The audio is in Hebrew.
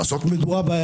לעשות שם מדורה,